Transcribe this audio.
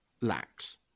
lacks